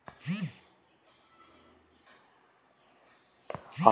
ఆవులు కోడి మేకలు ఇందులో ఏది మంచి ఉత్పత్తి?